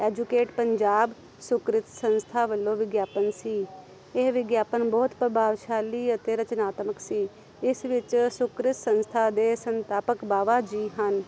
educate Punjab Sukrit ਸੰਸਥਾ ਵੱਲੋਂ ਵਿਗਿਆਪਨ ਸੀ ਇਹ ਵਿਗਿਆਪਨ ਬਹੁਤ ਪ੍ਰਭਾਵਸ਼ਾਲੀ ਅਤੇ ਰਚਨਾਤਮਕ ਸੀ ਇਸ ਵਿੱਚ ਸੁਕਰਿਤ ਸੰਸਥਾ ਦੇ ਸੰਥਾਪਕ ਬਾਬਾ ਜੀ ਹਨ